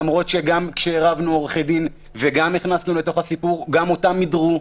למרות שגם כשערבנו עורכי דין וגם נכנסנו לתוך הסיפור גם אותם מדרו.